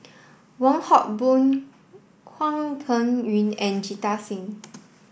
Wong Hock Boon Hwang Peng Yuan and Jita Singh